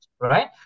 right